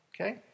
Okay